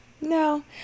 No